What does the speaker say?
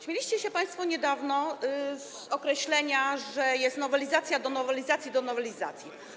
Śmieliście się państwo niedawno z określenia, że jest nowelizacja do nowelizacji do nowelizacji.